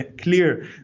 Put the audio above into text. clear